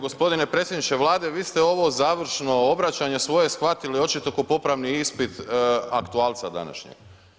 G. predsjedniče Vlade, vi ste ovo završno obraćanje svoje shvatili očito kao popravni ispit aktualca današnjeg.